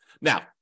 Now